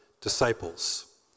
disciples